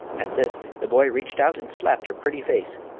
at this the boy reached out and slapped her pretty face,